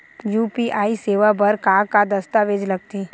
UPI सेवा बर का का दस्तावेज लगथे?